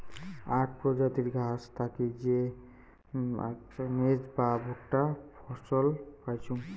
আক প্রজাতির ঘাস থাকি মেজ বা ভুট্টা ফছল পাইচুঙ